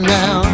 now